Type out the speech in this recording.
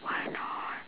why not